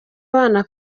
abana